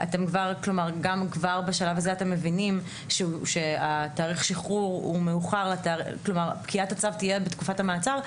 גם כבר בשלב הזה אתם מבינים שפקיעת הצו תהיה בתקופת המעצר.